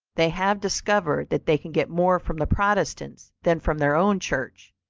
they have discovered that they can get more from the protestants than from their own church,